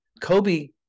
Kobe